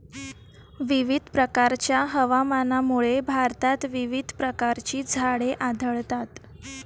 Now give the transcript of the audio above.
विविध प्रकारच्या हवामानामुळे भारतात विविध प्रकारची झाडे आढळतात